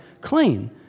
clean